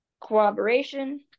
cooperation